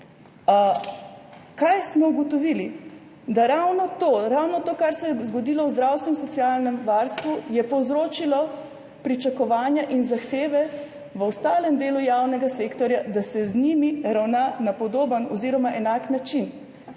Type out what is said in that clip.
Kaj smo ugotovili? Da je ravno to, ravno to, kar se je zgodilo v zdravstvu in socialnem varstvu, povzročilo pričakovanja in zahteve v ostalem delu javnega sektorja, da se z njimi ravna na podoben oziroma enak način.